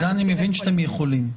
את זה אני מבין שאתם יכולים.